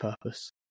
purpose